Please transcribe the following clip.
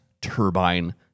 turbine